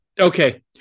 Okay